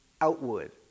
outward